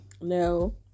No